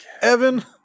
Evan